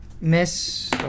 Miss